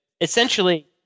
essentially